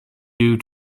due